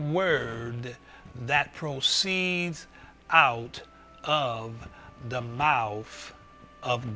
word that pro scenes out of the mouth of